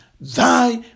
Thy